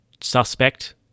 suspect